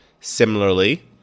similarly